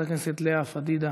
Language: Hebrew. חברת הכנסת לאה פדידה,